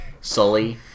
Sully